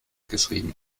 geschrieben